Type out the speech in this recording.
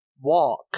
walk